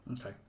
Okay